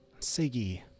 Siggy